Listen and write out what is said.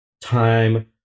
time